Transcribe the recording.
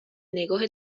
نگاه